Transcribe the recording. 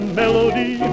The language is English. melody